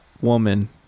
woman